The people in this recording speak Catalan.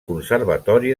conservatori